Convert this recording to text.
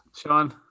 Sean